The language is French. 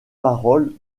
drapeau